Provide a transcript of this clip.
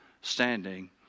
standing